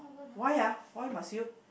why ah why must you